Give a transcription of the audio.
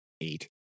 eight